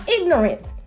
ignorant